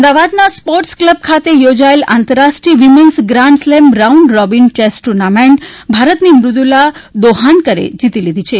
અમદાવાદના sports club ખાતે યોજાયેલી આંતરરાષ્ટ્રીય women's grand slam round robin chess tournament ભારતની મુદુલા દેહાનકર એ જીતી લીધી છે